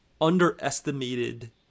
underestimated